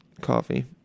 coffee